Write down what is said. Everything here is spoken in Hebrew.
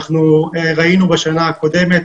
ראינו בשנה הקודמת,